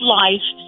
life